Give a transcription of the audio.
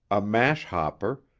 a mash hopper,